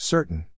Certain